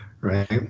right